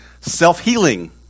self-healing